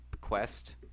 quest